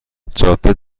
جاده